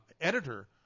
editor